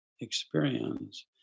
experience